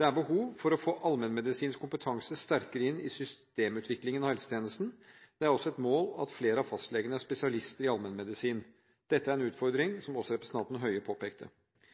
Det er behov for å få allmennmedisinsk kompetanse sterkere inn i systemutviklingen av helsetjenesten. Det er også et mål at flere av fastlegene er spesialister i allmennmedisin. Dette er en utfordring